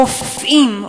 רופאים,